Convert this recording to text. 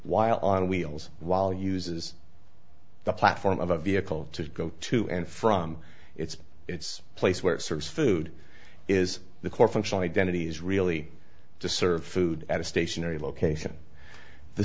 while on wheels while uses the platform of a vehicle to go to and from its its place where it serves food is the core functional identity is really to serve food at a stationary location the